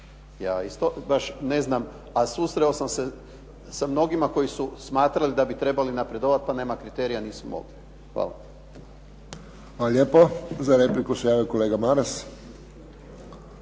Ja isto baš ne znam a susreo sam se sa mnogima koji su smatrali da bi trebali napredovati pa nema kriterija nisu mogli. Hvala. **Friščić, Josip (HSS)** Hvala